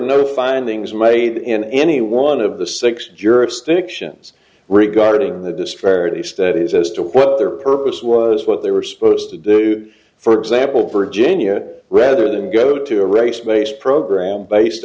no findings made in any one of the six jurisdictions regarding the destroyer at least that is as to what their purpose was what they were supposed to do for example virginia rather than go to a race based program based